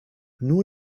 nur